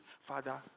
Father